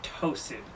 Toasted